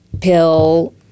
pill